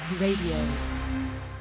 radio